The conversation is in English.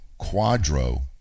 quadro